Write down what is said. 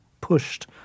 pushed